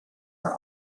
were